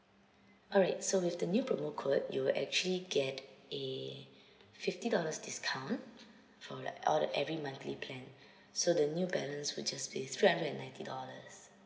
alright so with the new promo code you will actually get a fifty dollars discount for like all the every monthly plan so the new balance will just be three hundred and ninety dollars